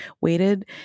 waited